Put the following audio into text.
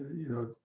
you know,